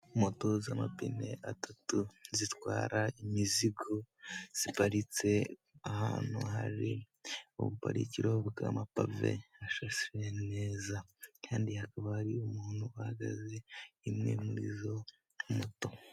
Moto z'amapine atatu zitwara imizigo ziparitse ahantu hari ubuparikiro bw'amapave asashe neza, kandi hakaba hari umuntu uhagaze imwe muri izo moto.